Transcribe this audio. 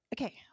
Okay